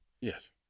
Yes